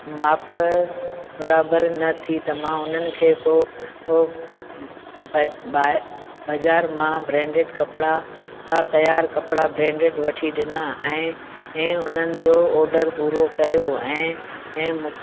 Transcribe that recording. माप बराबरि न थी त मां उन्हनि खे पोइ पोइ ब बाह बाज़ारि मां ब्रेंडिड कपिड़ा तयारु कपिड़ा ब्रेंडिड वठी ॾिना ऐं ऐं उन्हनि जो ऑडर पूरो कयो ऐं ऐं मु